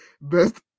best